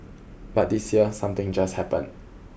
but this year something just happened